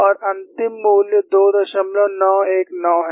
और अंतिम मूल्य 2919 है